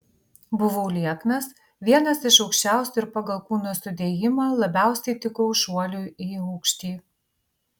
buvau lieknas vienas iš aukščiausių ir pagal kūno sudėjimą labiausiai tikau šuoliui į aukštį